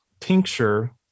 tincture